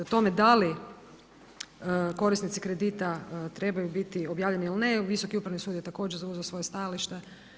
O tome da li korisnici kredita trebaju biti objavljeni ili ne, Visoki upravni sud je također zauzeo svoje stajalište.